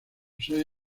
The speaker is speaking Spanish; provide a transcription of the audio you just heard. sede